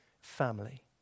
family